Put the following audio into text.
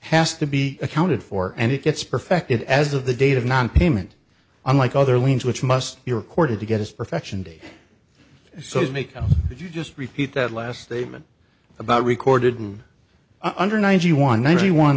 has to be accounted for and it gets perfected as of the date of nonpayment unlike other liens which must be recorded to get his perfection day so as may come if you just repeat that last statement about recorded and under ninety one ninety one